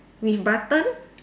with button